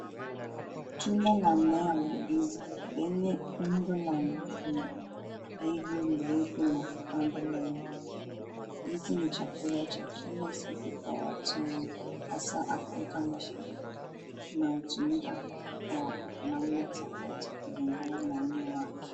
Tunda la mmea wa ndizi lenye umbo la mviringo mrefu na ganda laini, ndizi ni chakula cha kila siku kwa watu wengi hasa afrika mashariki unaotumika kwa maana tofauti kulingana na aina yake.